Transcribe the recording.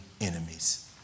enemies